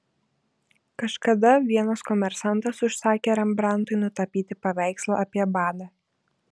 kažkada vienas komersantas užsakė rembrandtui nutapyti paveikslą apie badą